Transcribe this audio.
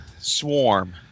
Swarm